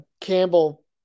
Campbell